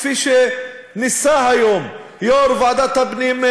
כפי שניסה היום יו"ר ועדת הפנים,